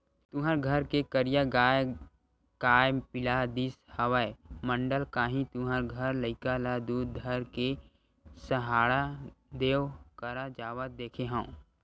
तुँहर घर के करिया गाँय काय पिला दिस हवय मंडल, काली तुँहर घर लइका ल दूद धर के सहाड़ा देव करा जावत देखे हँव?